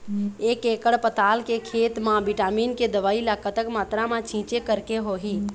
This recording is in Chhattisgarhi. एक एकड़ पताल के खेत मा विटामिन के दवई ला कतक मात्रा मा छीचें करके होही?